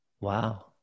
wow